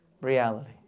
reality